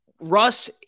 Russ